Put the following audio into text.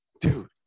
Dude